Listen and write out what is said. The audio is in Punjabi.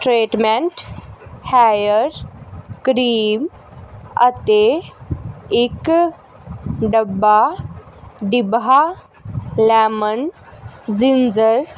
ਟ੍ਰੇਟਮੈਂਟ ਹੈਇਰ ਕਰੀਮ ਅਤੇ ਇੱਕ ਡੱਬਾ ਡਿਬਹਾ ਲੈਮਨ ਜਿੰਜਰ